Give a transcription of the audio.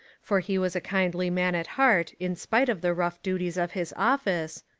for he was a kindly man at heart in spite of the rough duties of his office,